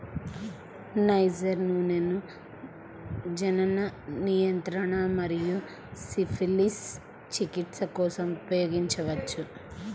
niger నూనెను జనన నియంత్రణ మరియు సిఫిలిస్ చికిత్స కోసం ఉపయోగించవచ్చు